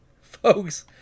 folks